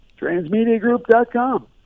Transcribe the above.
Transmediagroup.com